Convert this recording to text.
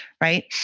right